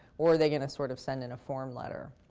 or are they going to sort of send in a form letter.